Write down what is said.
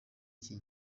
iki